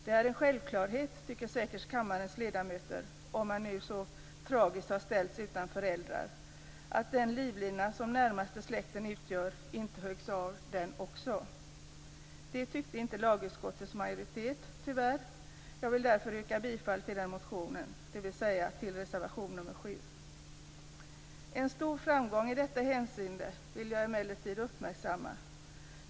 Det är en självklarhet, tycker säkert kammarens ledamöter, om man nu så tragiskt har ställts utan föräldrar, att den livlina som närmaste släkten utgör inte huggs av också den. Det tyckte inte lagutskottets majoritet, tyvärr. Jag vill därför yrka bifall till den motionen, dvs. till reservation 7. Jag vill emellertid uppmärksamma en stor framgång i detta hänseende.